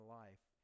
life